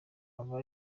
aba